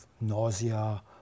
nausea